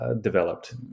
developed